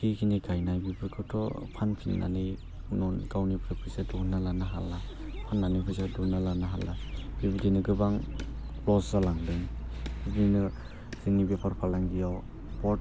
जिखिनि गायनाय बेफोरखौथ' फानफिन्नानै उनाव गावनिफ्राय फैसा दिहुन्ना लानो हाला फान्नानै फैसा दिहुन्ना लानो हाला बेबायदिनो गोबां लस जालांदों बेदिनो जोंनि बेफार फालांगियाव बहथ